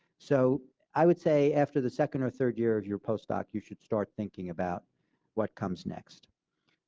so i would say after the second or third year of your post-doc, you should start thinking about what comes next.